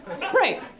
Right